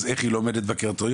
אז איך היא לא עומדת בקריטריונים,